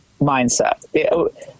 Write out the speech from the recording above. mindset